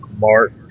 Mark